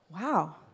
wow